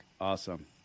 Awesome